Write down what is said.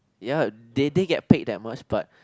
ya they they get paid that much but